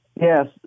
Yes